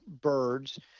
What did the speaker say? birds –